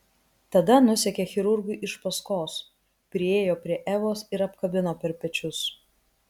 tada nusekė chirurgui iš paskos priėjo prie evos ir apkabino per pečius